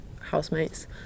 housemates